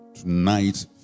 Tonight